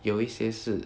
有一些是